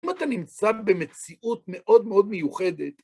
אם אתה נמצא במציאות מאוד מאוד מיוחדת,